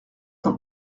dans